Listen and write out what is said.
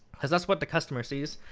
because that's what the customer sees.